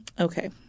Okay